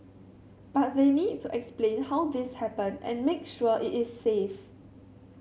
but they need to explain how this happened and make sure it is safe